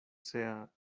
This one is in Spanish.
sea